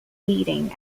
leading